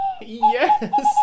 Yes